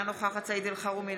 אינה נוכחת סעיד אלחרומי,